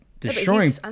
destroying